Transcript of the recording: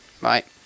right